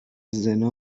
زنا